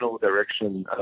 direction